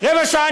רבע שעה,